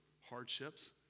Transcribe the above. hardships